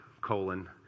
colon